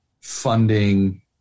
funding